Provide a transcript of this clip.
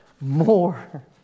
more